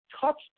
touched